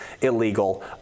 illegal